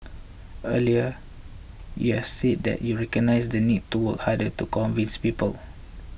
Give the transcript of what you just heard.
earlier you have said that you recognise the need to work harder to convince people